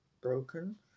broken